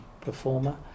performer